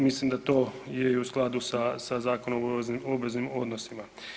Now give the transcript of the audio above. Mislim da to je i u skladu sa Zakonom o obveznim odnosima.